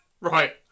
right